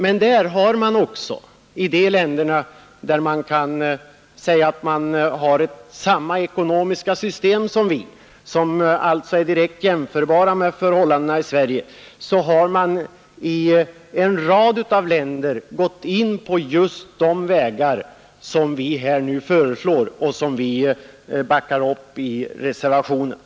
Men i många av de länder som har samma ekonomiska system som vi och följaktligen är direkt jämförbara med Sverige har man beträtt de vägar som vi här föreslår och backar upp i reservationen.